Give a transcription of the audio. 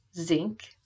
zinc